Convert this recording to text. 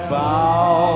bow